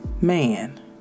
man